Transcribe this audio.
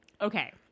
Okay